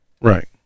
Right